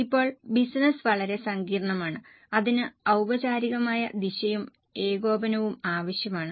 ഇപ്പോൾ ബിസിനസ്സ് വളരെ സങ്കീർണ്ണമാണ് അതിന് ഔപചാരികമായ ദിശയും ഏകോപനവും ആവശ്യമാണ്